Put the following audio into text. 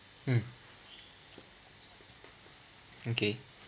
mm okay